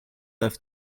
have